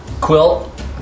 Quilt